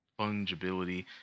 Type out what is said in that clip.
fungibility